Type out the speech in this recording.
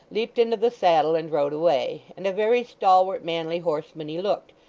leaped into the saddle and rode away and a very stalwart, manly horseman he looked,